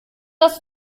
das